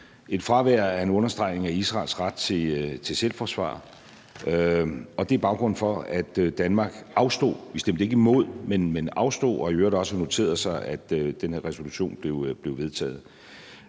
et fravær af en understregning af Israels ret til selvforsvar er baggrunden for, at Danmark afstod fra at stemme; vi stemte ikke imod, men vi afstod, og vi har i øvrigt også noteret os, at den her resolution blev vedtaget.